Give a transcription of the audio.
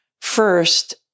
first